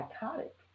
psychotic